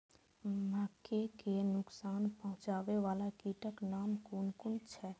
मके के नुकसान पहुँचावे वाला कीटक नाम कुन कुन छै?